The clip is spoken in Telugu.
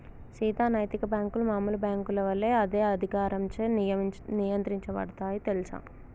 సీత నైతిక బాంకులు మామూలు బాంకుల ఒలే అదే అధికారంచే నియంత్రించబడుతాయి తెల్సా